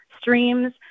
streams